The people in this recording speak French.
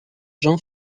jean